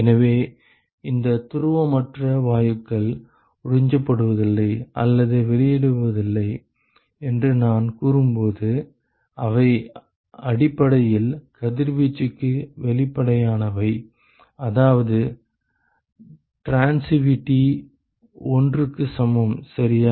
எனவே இந்த துருவமற்ற வாயுக்கள் உறிஞ்சப்படுவதில்லை அல்லது வெளியிடுவதில்லை என்று நான் கூறும்போது அவை அடிப்படையில் கதிர்வீச்சுக்கு வெளிப்படையானவை அதாவது டிரான்சிட்டிவிட்டி 1 க்கு சமம் சரியா